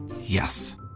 Yes